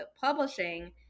publishing